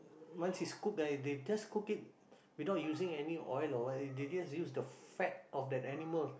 once is cooked right they just cook it without using any oil or what they just use the fat of that animal